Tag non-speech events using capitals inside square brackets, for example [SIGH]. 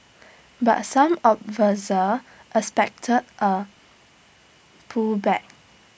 but some [UNINTELLIGIBLE] expect A pullback